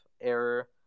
error